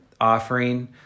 offering